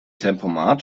tempomat